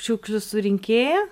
šiukšlių surinkėja